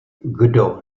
kdo